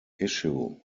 issue